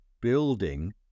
building